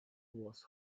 was